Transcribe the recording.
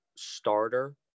starter